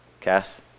Cass